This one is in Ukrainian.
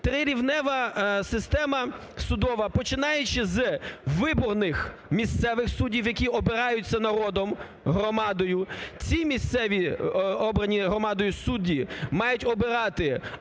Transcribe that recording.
трирівнева система судова, починаючи з виборних місцевих суддів, які обираються народом, громадою, ці місцеві, обрані громадою, судді мають обирати